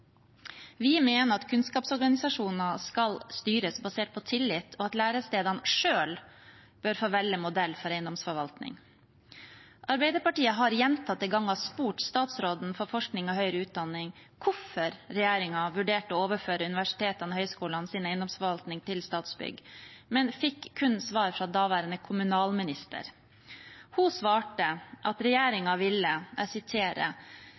Vi mener at kunnskapsorganisasjoner skal styres basert på tillit, og at lærestedene selv bør få velge modell for eiendomsforvaltning. Arbeiderpartiet har gjentatte ganger spurt statsråden for forskning og høyere utdanning om hvorfor regjeringen vurderte å overføre universitetenes og høyskolenes eiendomsforvaltning til Statsbygg, men fikk kun svar fra daværende kommunalminister. Hun svarte at